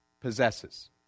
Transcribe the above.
possesses